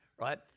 right